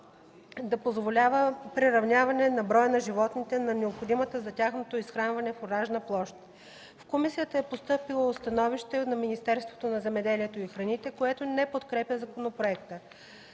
да позволява приравняване на броя на животните на необходимата за тяхното изхранване фуражна площ. В комисията е постъпило становище на Министерството на земеделието и храните, което не подкрепя законопроекта.